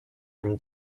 from